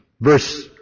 verse